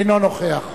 אינו נוכח ובכן,